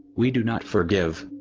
we do not forgive.